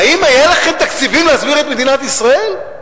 האם היו לכם תקציבים להסביר את מדינת ישראל?